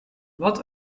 wat